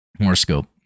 horoscope